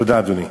תודה, אדוני.